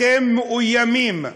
אתם מאוימים,